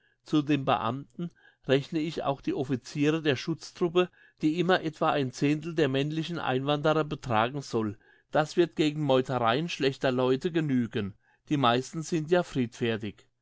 zu den beamten rechne ich auch die officiere der schutztruppe die immer etwa ein zehntel der männlichen einwanderer betragen soll das wird gegen meutereien schlechter leute genügen die meisten sind ja friedfertig